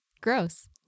gross